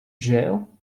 jail